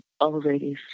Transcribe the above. already